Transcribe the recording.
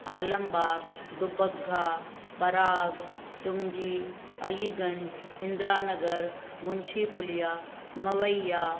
Alambagh Dubagga Parag Chungi Aliganj Indira Nagar Munshi Puliya Mawaiya